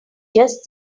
just